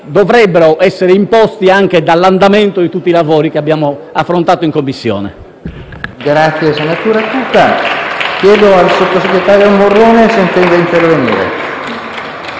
dovrebbero essere imposti anche dall'andamento di tutto il lavoro che abbiamo svolto in Commissione.